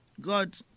God